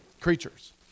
creatures